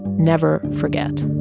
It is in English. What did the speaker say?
never forget.